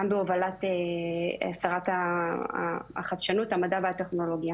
גם בהובלת שרת החדשנות, המדע וטכנולוגיה